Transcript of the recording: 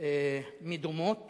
מדומות